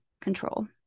control